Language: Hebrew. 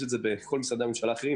יש את זה בכל משרדי הממשלה האחרים,